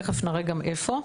תכף נראה גם איפה.